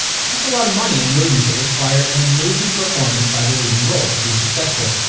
that's a lot of money on movies that require an amazing performance by the leading role to be successful.